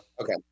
okay